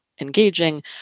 engaging